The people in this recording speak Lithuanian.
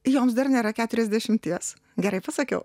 joms dar nėra keturiasdešimties gerai pasakiau